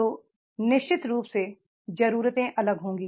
तो निश्चित रूप से जरूरतें अलग होंगी